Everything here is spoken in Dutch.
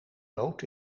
dood